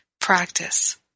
practice